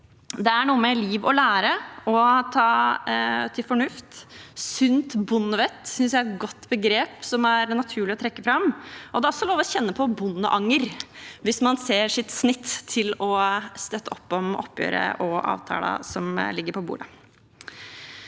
Det er noe med liv og lære og å ta til fornuft. Sunt bondevett synes jeg er et godt begrep det er naturlig å trekke fram. Det er også lov å kjenne på bondeanger hvis man ser sitt snitt til å støtte opp om oppgjøret og avtalen som ligger på bordet.